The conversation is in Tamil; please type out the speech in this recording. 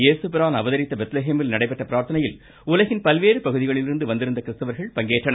ஏசுபிரான் அவதரித்த பெத்லகேமில் நடைபெற்ற பிரார்த்தனையில் உலகின் பல்வேறு பகுதிகளிலிருந்து வந்திருந்த கிறிஸ்தவர்கள் பங்கேற்றனர்